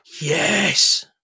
Yes